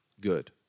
good